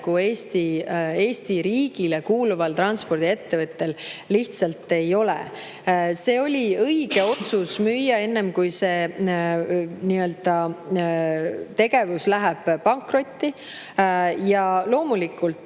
Eesti riigile kuuluval transpordiettevõttel lihtsalt ei ole. Oli õige otsus müüa enne, kui see tegevus läheb pankrotti. Loomulikult,